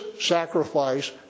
sacrifice